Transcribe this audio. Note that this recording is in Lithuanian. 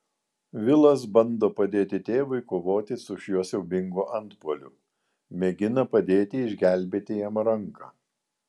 vilas bando padėti tėvui kovoti su šiuo siaubingu antpuoliu mėgina padėti išgelbėti jam ranką